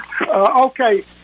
Okay